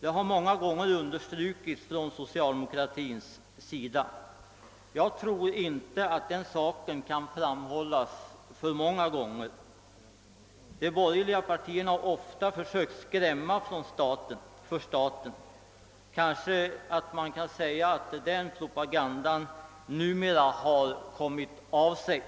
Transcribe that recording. det har många gånger understrukits från socialdemokratisk sida. Jag tror inte detta kan framhållas för många gånger. De borgerliga partierna har ofta försökt skrämma för staten. Kanske man kan säga att den propagandan numera kommit av sig.